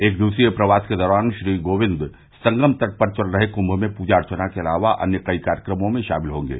एक दिवसीय प्रवास के दौरान श्री कोविंद संगम तट पर चल रहे कुंभ में पूजा अर्चना के अलावा अन्य कई कार्यक्रमों में शामिल होंगे